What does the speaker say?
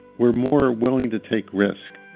we're more willing to take risk.